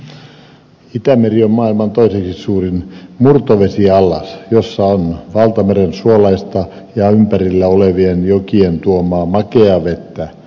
itämeri on maailman toiseksi suurin murtovesiallas jossa on valtameren suolaista ja ympärillä olevien jokien tuomaa makeaa vettä